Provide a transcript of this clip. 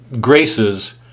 graces